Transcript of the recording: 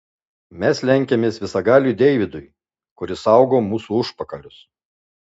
mes lenkiamės visagaliui deividui kuris saugo mūsų užpakalius